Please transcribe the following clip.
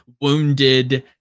wounded